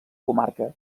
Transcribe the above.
comarca